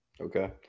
Okay